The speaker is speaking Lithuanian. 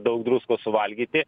daug druskos suvalgyti